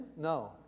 No